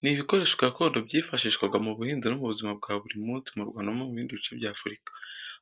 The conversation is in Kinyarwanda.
Ni ibikoresho gakondo byifashishwaga mu buhinzi no mu buzima bwa buri munsi mu Rwanda no mu bindi bice by'Afurika.